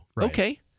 Okay